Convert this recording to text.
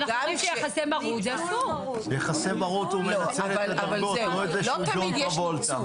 ביחסי מרות הוא מנצל את הדרגות; לא את זה שהוא ג'ון טרבולטה.